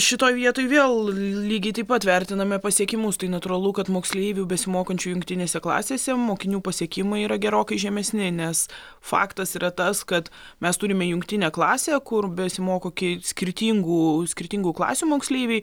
šitoj vietoj vėl l lygiai taip pat vertiname pasiekimus tai natūralu kad moksleivių besimokančių jungtinėse klasėse mokinių pasiekimai yra gerokai žemesni nes faktas yra tas kad mes turime jungtinę klasę kur besimoko kei skirtingų skirtingų klasių moksleiviai